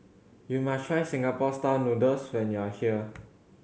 you must try Singapore Style Noodles when you are here